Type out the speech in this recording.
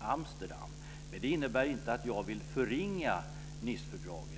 Amsterdam, men det innebär inte att jag vill förringa Nicefördraget.